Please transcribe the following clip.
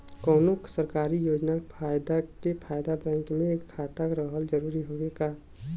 कौनो सरकारी योजना के फायदा बदे बैंक मे खाता रहल जरूरी हवे का?